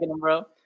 bro